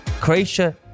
Croatia